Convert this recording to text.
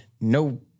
no